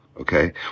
Okay